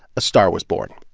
a star was born.